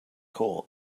coal